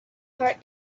heart